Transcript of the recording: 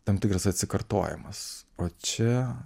tam tikras atsikartojimas o čia